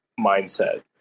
mindset